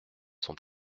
sont